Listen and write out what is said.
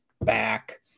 back